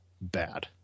bad